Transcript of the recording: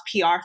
PR